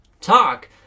talk